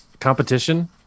competition